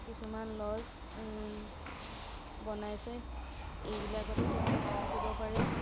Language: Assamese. কিছুমান লজ বনাইছে এইবিলাকতো তেওঁলোক থাকিব পাৰে